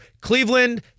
Cleveland